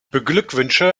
beglückwünsche